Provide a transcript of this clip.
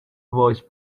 voice